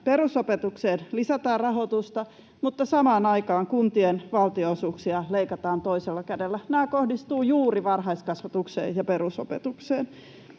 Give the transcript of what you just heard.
Perusopetukseen lisätään rahoitusta, mutta samaan aikaan kuntien valtionosuuksia leikataan toisella kädellä. Nämä kohdistuvat juuri varhaiskasvatukseen ja perusopetukseen.